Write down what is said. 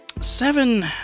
Seven